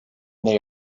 they